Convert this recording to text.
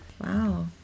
wow